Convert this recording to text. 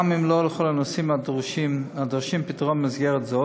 גם אם לא לכל הנושאים הדורשים פתרון במסגרת זו,